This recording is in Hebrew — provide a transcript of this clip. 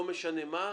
לא משנה מה,